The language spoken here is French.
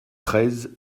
treize